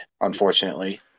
unfortunately